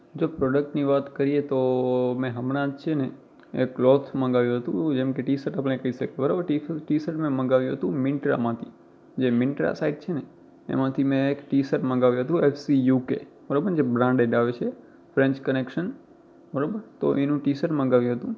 જો પ્રોડ્કટ ની વાત કરીએ તો મેં હમણાં જ છે ને એક ક્લોથ મગાવ્યું હતું જેમ કે ટી શર્ટ આપણે કહી શકીએ બરાબર ટી શર્ટ ટી શર્ટ મેં મંગાવ્યું હતું મિન્ટ્રામાંથી જે મિન્ટ્રા સાઈટ છે ને એમાંથી મેં એક ટી શર્ટ મગાવ્યું હતું એફ સી યુ કે બરાબર ને જે બ્રાન્ડેડ આવે છે ફ્રૅન્ચ કનેક્શન બરાબર તો એનું ટી શર્ટ મગાવ્યું હતું